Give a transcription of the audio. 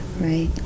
Right